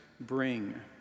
bring